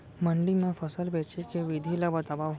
मंडी मा फसल बेचे के विधि ला बतावव?